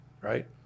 right